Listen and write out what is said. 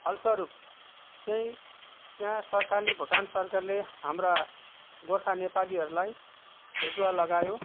फलस्वरूप चाहिँ त्यहाँ सरकारले भुटान सरकारले हाम्रा गोर्खा नेपालीहरूलाई खेदुवा लगायो